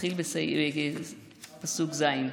מתחיל בפסוק ז'.